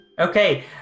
Okay